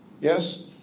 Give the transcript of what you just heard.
Yes